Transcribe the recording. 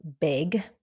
big